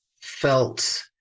felt